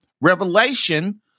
Revelation